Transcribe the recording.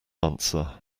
answer